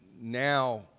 now